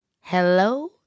Hello